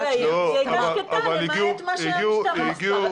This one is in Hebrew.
לעיר והיא הייתה שקטה למעט מה שהמשטרה עשתה.